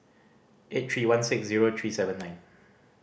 eight three one six zero three seven nine